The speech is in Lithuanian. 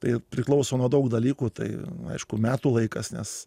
tai priklauso nuo daug dalykų tai aišku metų laikas nes